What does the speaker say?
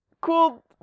cool